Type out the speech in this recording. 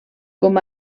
com